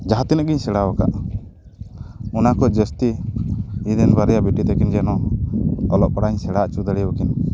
ᱡᱟᱦᱟᱸ ᱛᱤᱱᱟᱜ ᱜᱮᱧ ᱥᱮᱬᱟ ᱟᱠᱟᱫ ᱚᱱᱟ ᱠᱷᱚᱡ ᱡᱟᱹᱲᱥᱛᱤ ᱤᱧᱨᱮᱱ ᱵᱟᱨᱭᱟ ᱵᱤᱴᱤ ᱛᱟᱠᱤᱱ ᱡᱮᱱᱚ ᱚᱞᱚᱜ ᱯᱟᱲᱦᱟᱜ ᱤᱧ ᱥᱮᱬᱟ ᱚᱪᱚ ᱫᱟᱲᱮ ᱟᱹᱠᱤᱱ